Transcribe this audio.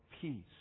peace